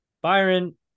Byron